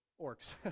orcs